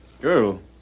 Girl